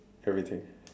everything